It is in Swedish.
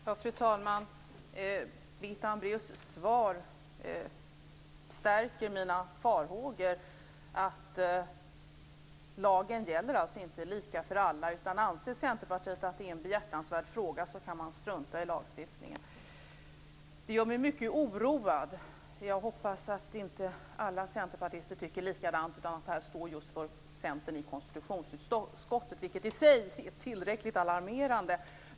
Fru talman! Birgitta Hambraeus svar stärker mina farhågor om att lagen alltså inte gäller lika för alla. Anser Centerpartiet att det är en behjärtansvärd fråga, så kan man strunta i lagstiftningen. Det gör mig mycket oroad. Jag hoppas att inte alla centerpartister tycker likadant utan att det här står just för Centern i konstitutionsutskottet - vilket i sig är tillräckligt alarmerande.